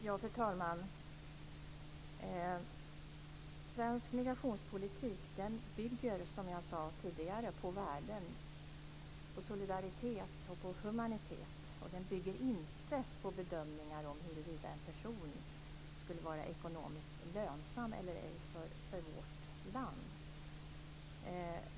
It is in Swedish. Fru talman! Svensk migrationspolitik bygger, som jag sade tidigare, på värden. Den bygger på solidaritet och på humanitet, och den bygger inte på bedömningar av huruvida en person skulle vara ekonomiskt lönsam eller ej för vårt land.